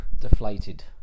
deflated